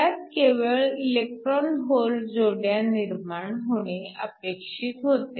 त्यात केवळ electron hole जोड्या निर्माण होणे अपेक्षित होते